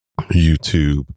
YouTube